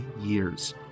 years